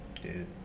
dude